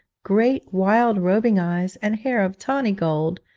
great, wild, roving eyes, and hair of tawny gold,